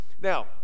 now